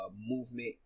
movement